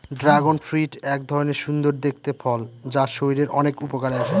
dragon fruit এক ধরনের সুন্দর দেখতে ফল যা শরীরের অনেক উপকারে আসে